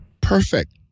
perfect